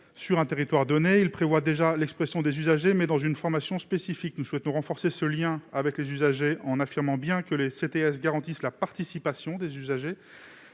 sur un territoire. Ils organisent déjà l'expression des usagers, mais dans une formation spécifique. Nous souhaitons renforcer ce lien avec les usagers, en affirmant que les CTS « garantissent la participation » des usagers